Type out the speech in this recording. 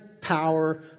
power